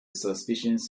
suspicions